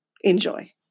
Enjoy